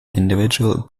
individual